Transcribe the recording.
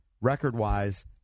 record-wise